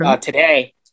today